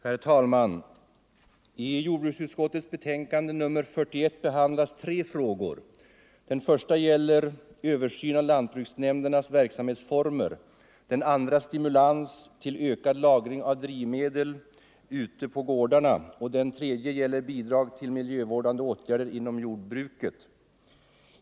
Herr talman! I jordbruksutskottets betänkande nr 41 behandlas tre frågor. Den första gäller översyn av lantbruksnämndernas verksamhetsformer, den andra stimulans till ökad lagring av drivmedel ute på gårdarna och den tredje bidrag till miljövårdande åtgärder inom jordbruket.